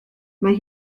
mae